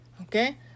okay